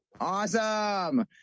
Awesome